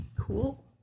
Cool